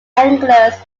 anglers